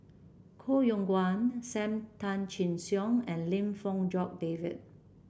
Koh Yong Guan Sam Tan Chin Siong and Lim Fong Jock David